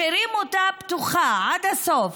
משאירים אותה פתוחה עד הסוף,